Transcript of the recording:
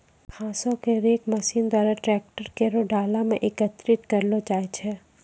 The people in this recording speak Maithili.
घासो क रेक मसीन द्वारा ट्रैकर केरो डाला म एकत्रित करलो जाय छै